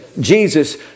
Jesus